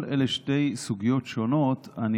תקשיב טוב, דיברתי על 2019. תירגע, תקשיב עד הסוף.